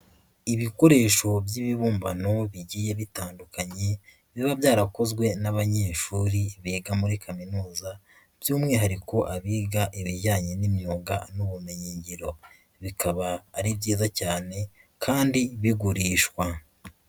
Ibikoresho by'ibibumbano bigiye bitandukanye, biba byarakozwe n'abanyeshuri biga muri kaminuza by'umwihariko abiga ibijyanye n'imyuga n'ubumenyingiro. Bikaba ari byiza cyane kandi bigurishwa.